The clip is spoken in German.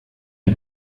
die